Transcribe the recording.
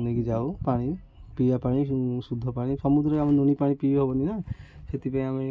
ନେଇକି ଯାଉ ପାଣି ପିଇବା ପାଣି ଶୁଦ୍ଧ ପାଣି ସମୁଦ୍ରରେ ଆମେ ନୁଣି ପାଣି ପିଇ ହବନି ନା ସେଥିପାଇଁ ଆମେ